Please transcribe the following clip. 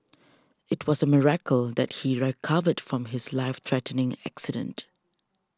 it was a miracle that he recovered from his life threatening accident